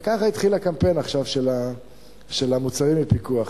וככה התחיל עכשיו הקמפיין של המוצרים בפיקוח.